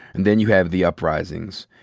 and then you have the uprisings.